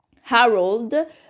Harold